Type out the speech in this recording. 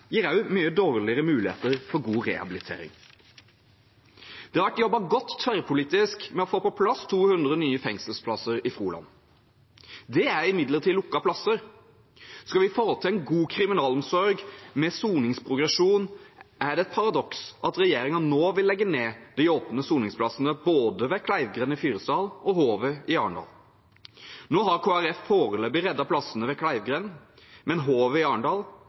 gir også mye dårligere muligheter for god rehabilitering. Det har vært jobbet godt tverrpolitisk med å få på plass 200 nye fengselsplasser i Froland. Det er imidlertid lukkede plasser. Skal vi få til en god kriminalomsorg med soningsprogresjon, er det et paradoks at regjeringen nå vil legge ned de åpne soningsplassene både ved Kleivgrend i Fyresdal og ved Håvet i Arendal. Nå har Kristelig Folkeparti foreløpig reddet plassene ved Kleivgrend, men Håvet i Arendal